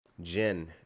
Jen